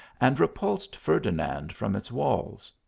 and repulsed ferdinand from its walls.